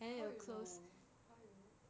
how you know how you know